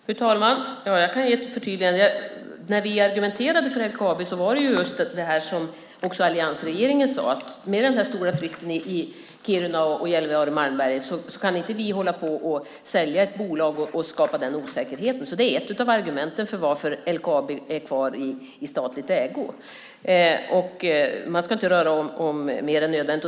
Fru talman! Jag kan ge ett förtydligande. När vi argumenterade för LKAB sade också alliansregeringen att med den här stora flytten i Kiruna och Gällivare-Malmberget kan vi inte sälja ett bolag och skapa osäkerhet. Det är ett av argumenten för varför LKAB är kvar i statlig ägo. Man ska inte röra om mer än nödvändigt.